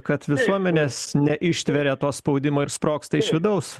kad visuomenės neištveria to spaudimo ir sprogsta iš vidaus